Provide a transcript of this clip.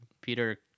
Peter